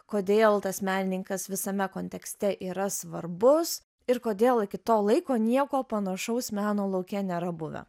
kodėl tas menininkas visame kontekste yra svarbus ir kodėl iki to laiko nieko panašaus meno lauke nėra buvę